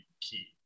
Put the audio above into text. key